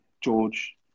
George